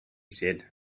said